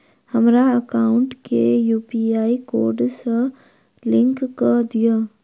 हमरा एकाउंट केँ UPI code सअ लिंक कऽ दिऽ?